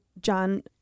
John